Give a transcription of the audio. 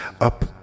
up